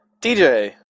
DJ